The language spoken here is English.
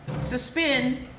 Suspend